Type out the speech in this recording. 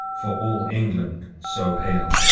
for all england so hayle.